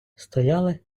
стояли